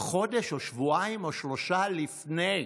חודש או שבועיים או שלושה לפני,